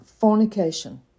fornication